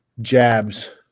jabs